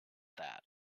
that